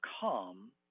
come